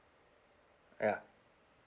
ya